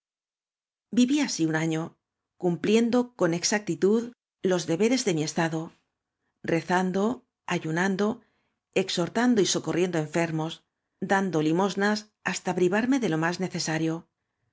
viví así un año cumpliendo con exactitud los deberes de m i estado rezando ayunando exhortando y socorneado oniermos dando limosnas hasta prí varmc de lo más necesario